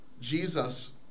Jesus